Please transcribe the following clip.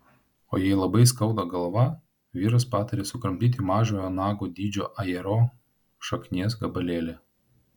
o jei labai skauda galvą vyras patarė sukramtyti mažojo nago dydžio ajero šaknies gabalėlį